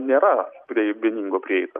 nėra prie vieningo prieita